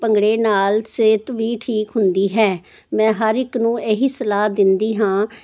ਭੰਗੜੇ ਨਾਲ ਸਿਹਤ ਵੀ ਠੀਕ ਹੁੰਦੀ ਹੈ ਮੈਂ ਹਰ ਇੱਕ ਨੂੰ ਇਹੀ ਸਲਾਹ ਦਿੰਦੀ ਹਾਂ